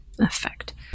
effect